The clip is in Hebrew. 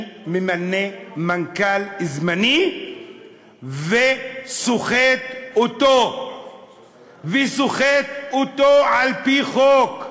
אני ממנה מנכ"ל זמני וסוחט אותו וסוחט אותו על-פי חוק.